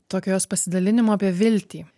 tokio jos pasidalinimo apie viltį